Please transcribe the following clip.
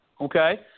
Okay